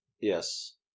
Yes